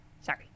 Sorry